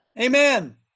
Amen